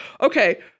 Okay